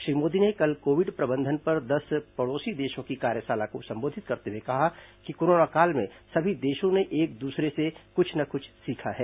श्री मोदी ने कल कोविड प्रबंधन पर दस पड़ोसी देशों की कार्यशाला को संबोधित करते हुए कहा कि कोरोना काल में सभी देशों ने एक दूसरे से कुछ न कुछ सीखा है